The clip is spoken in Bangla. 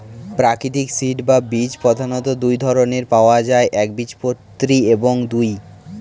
প্রাকৃতিক সিড বা বীজ প্রধানত দুই ধরনের পাওয়া যায় একবীজপত্রী এবং দুই